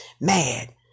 mad